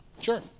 Sure